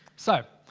so.